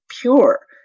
pure